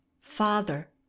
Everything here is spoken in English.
father